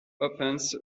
opens